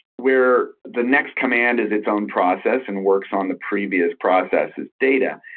where the next command is its own process and works on the previous process as data,